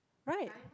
right